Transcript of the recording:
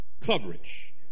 coverage